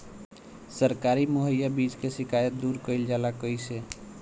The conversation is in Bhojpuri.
सरकारी मुहैया बीज के शिकायत दूर कईल जाला कईसे?